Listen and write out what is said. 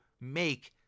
make